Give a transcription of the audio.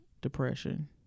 depression